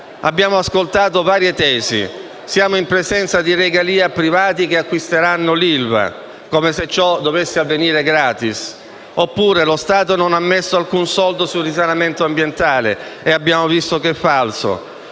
Abbiamo ascoltato varie tesi del tipo: siamo in presenza di regalie ai privati che acquisteranno l'ILVA (come se ciò dovesse avvenire *gratis*), lo Stato non ha messo alcun soldo sul risanamento ambientale (e abbiamo visto che è falso);